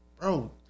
Bro